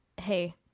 Hey